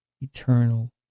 eternal